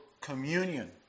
communion